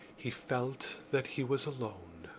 he felt that he was alone.